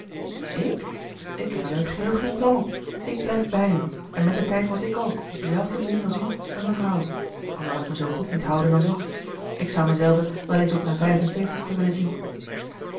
ik ik heb er in t geheel geen plan op ik blijf bij u en met den tijd word ik ook op dezelfde manier als u een mevrouw al zal ik me zoo goed niet houden als u ik zou me zelven wel eens op mijn vijf en zeventigste willen zien